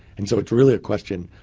and so it's really a question,